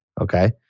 Okay